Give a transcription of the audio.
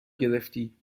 گرفتی